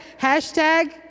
Hashtag